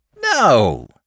No